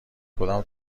کدام